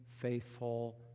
faithful